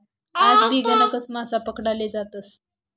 आजबी गणकच मासा पकडाले जातस